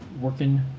working